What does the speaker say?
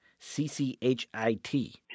CCHIT